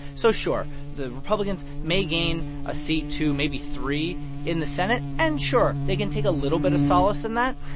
so sure, the republicans may gain a seat, two, maybe three in the senate. and sure, they can take a little bit of solace in that.